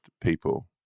people